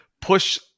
push